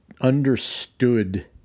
understood